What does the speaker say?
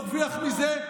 מי מרוויח מזה?